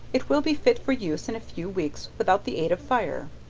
it will be fit for use in a few weeks without the aid of fire,